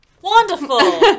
Wonderful